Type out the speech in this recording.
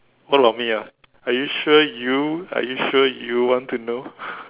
what about me ah are you sure you are you sure you want to know